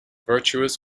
virtuous